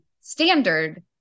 standard